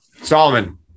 Solomon